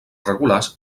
regulars